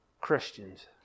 Christians